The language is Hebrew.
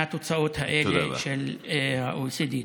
מהתוצאות האלה של ה-OECD.